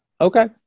okay